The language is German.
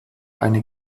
eine